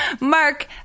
Mark